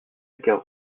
gare